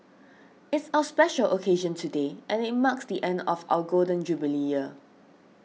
it's a special occasion today and it marks the end of our Golden Jubilee year